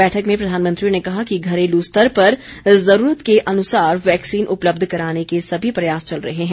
बैठक में प्रधानमंत्री ने कहा कि घरेलू स्तर पर जुरूरत के अनुसार वैक्सीन उपलब्ध कराने के सभी प्रयास चल रहे हैं